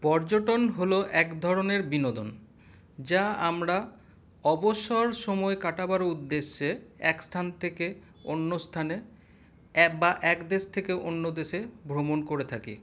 পর্যটন হল এক ধরনের বিনোদন যা আমরা অবসর সময় কাটাবার উদ্দেশ্যে এক স্থান থেকে অন্য স্থানে এক বা এক দেশ থেকে অন্য দেশে ভ্রমন করে থাকি